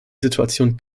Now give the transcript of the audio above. situation